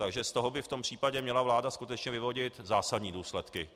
Z toho by v tom případě měla vláda skutečně vyvodit zásadní důsledky.